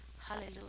Hallelujah